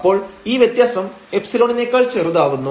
അപ്പോൾ ഈ വ്യത്യാസം ϵ നേക്കാൾ ചെറുതാവുന്നു